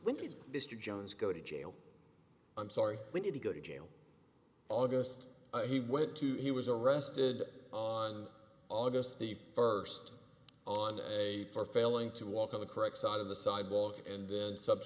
this jones go to jail i'm sorry we need to go to jail august he went to he was arrested on august the first on a for failing to walk in the correct side of the sidewalk and then subs